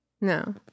No